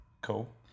cool